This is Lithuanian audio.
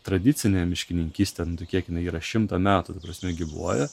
tradicinė miškininkystė kiek jinai yra šimtą metų ta prasme gyvuoja